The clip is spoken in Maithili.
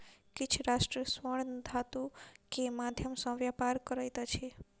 किछ राष्ट्र स्वर्ण धातु के माध्यम सॅ व्यापार करैत अछि